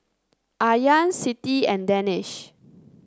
Aryan Siti and Danish